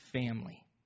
family